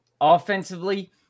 offensively